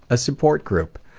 a support group.